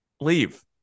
leave